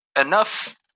enough